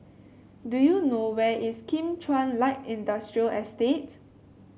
do you know where is Kim Chuan Light Industrial Estate